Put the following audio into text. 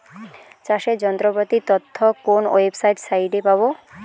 চাষের যন্ত্রপাতির তথ্য কোন ওয়েবসাইট সাইটে পাব?